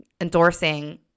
endorsing